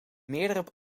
meerdere